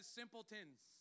simpletons